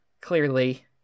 Clearly